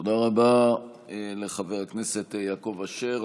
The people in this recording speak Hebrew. תודה רבה לחבר הכנסת יעקב אשר.